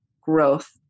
growth